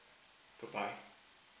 goodbye